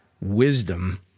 wisdom